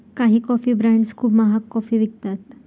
काही coffee brands खूप महाग कॉफी विकतात